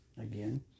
again